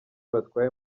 batwaye